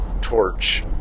torch